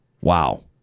Wow